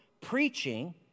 preaching